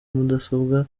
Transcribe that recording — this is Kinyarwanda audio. mudasobwa